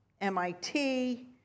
MIT